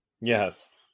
yes